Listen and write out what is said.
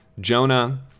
Jonah